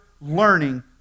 learning